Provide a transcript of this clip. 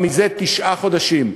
מזה תשעה חודשים.